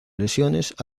lesiones